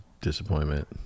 disappointment